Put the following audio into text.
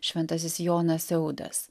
šventasis jonas seudas